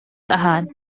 аһаан